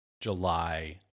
July